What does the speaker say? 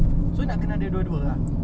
so nak kena ada dua-dua ah